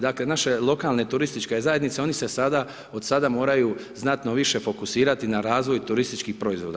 Dakle, naše lokalne turističke zajednice oni se sada, od sada moraju znatno više fokusirati na razvoj turističkih proizvoda.